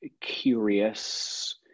curious